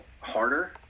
harder